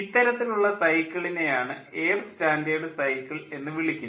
ഇത്തരത്തിലുള്ള സൈക്കിളിനെ ആണ് എയർ സ്റ്റാൻഡേർഡ് സൈക്കിൾ എന്ന് വിളിക്കുന്നത്